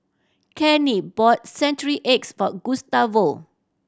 Kenney bought century eggs for Gustavo